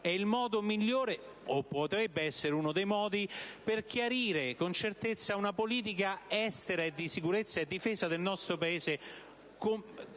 È il modo migliore, o potrebbe essere uno dei modi, per chiarire con certezza una politica estera e di sicurezza e difesa del nostro Paese